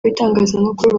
w’itangazamakuru